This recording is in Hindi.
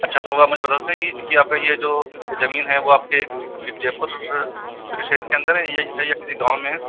अच्छा तो आप मुझे बता सकते हैं कि कि आपका ये जो जमीन है वो आपके जयपुर शहर के अंदर है या इधर ही किसी गाँव में है